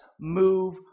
move